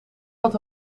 had